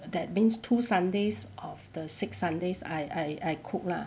that means two sundays of the six sundays I I I cook lah